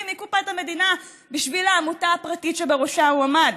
מקופת המדינה בשביל העמותה הפרטית שבראשה הוא עמד,